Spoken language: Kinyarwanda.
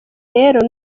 rero